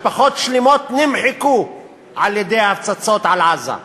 משפחות שלמות נמחקו על-ידי ההפצצות על עזה.